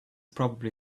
probably